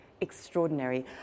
extraordinary